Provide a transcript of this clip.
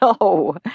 No